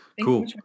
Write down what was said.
Cool